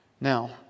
Now